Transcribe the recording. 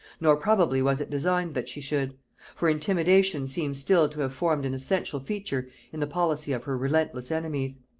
nor probably was it designed that she should for intimidation seems still to have formed an essential feature in the policy of her relentless enemies.